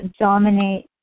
dominate